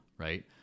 Right